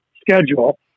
schedule